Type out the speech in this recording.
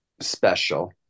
special